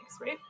right